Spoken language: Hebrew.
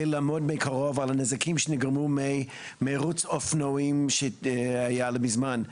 לעמוד מקרוב על הנזקים שנגרמו ממרוץ אופנועים שהיה לא מזמן.